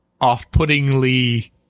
off-puttingly